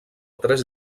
tres